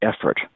effort